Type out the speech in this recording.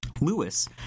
Lewis